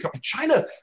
China